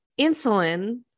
insulin